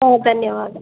ಓ ಧನ್ಯವಾದ